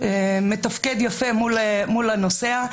מתפקד יפה מול הנוסע,